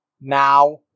Now